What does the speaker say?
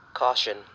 caution